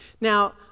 Now